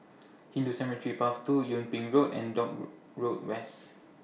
Hindu Cemetery Path two Yung Ping Road and don't Road Rice